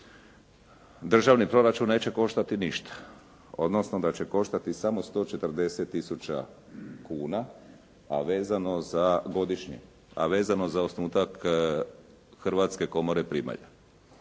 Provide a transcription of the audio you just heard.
državni proračun neće koštati ništa, odnosno da će koštati samo 140 tisuća kuna, a vezano za godišnji a vezano za osnutak Hrvatske komore primalja.